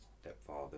stepfather